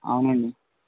అవునండి